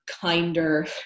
kinder